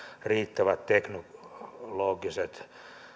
riittävät teknologiset